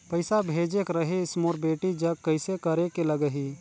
पइसा भेजेक रहिस मोर बेटी जग कइसे करेके लगही?